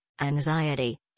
anxiety